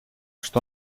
что